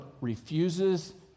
refuses